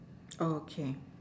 okay